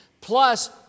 plus